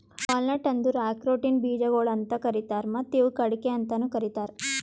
walnut ಅಂದುರ್ ಆಕ್ರೋಟಿನ ಬೀಜಗೊಳ್ ಅಂತ್ ಕರೀತಾರ್ ಮತ್ತ ಇವುಕ್ ಅಡಿಕೆ ಅಂತನು ಕರಿತಾರ್